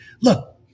look